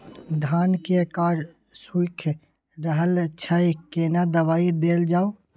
धान के कॉर सुइख रहल छैय केना दवाई देल जाऊ?